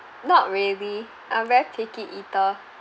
not really I'm very picky eater